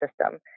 system